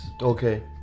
Okay